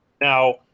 Now